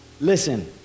listen